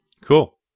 Cool